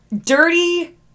dirty